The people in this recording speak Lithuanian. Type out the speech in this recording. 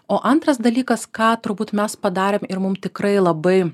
o antras dalykas ką turbūt mes padarėm ir mum tikrai labai